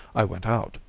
i went out.